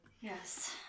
Yes